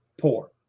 poor